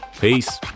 Peace